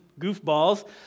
goofballs